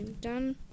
done